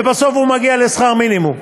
ובסוף הוא מגיע לשכר מינימום.